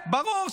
ברור,